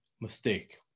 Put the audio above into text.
mistake